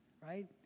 right